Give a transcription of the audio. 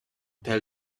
tell